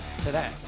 today